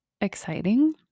exciting